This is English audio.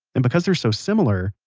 and because they're so similar,